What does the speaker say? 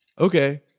Okay